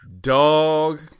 Dog